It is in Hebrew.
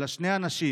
אלא שני אנשים,